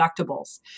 deductibles